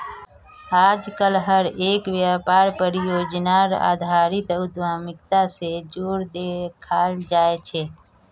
आजकल हर एक व्यापारक परियोजनार आधारित उद्यमिता से जोडे देखाल जाये छे